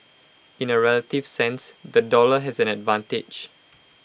in A relative sense the dollar has an advantage